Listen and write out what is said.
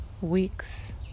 weeks